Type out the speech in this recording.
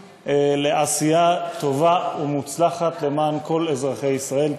לעשייה טובה ומוצלחת למען כל אזרחי ישראל.